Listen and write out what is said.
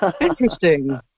Interesting